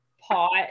pot